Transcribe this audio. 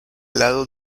lado